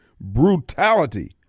brutality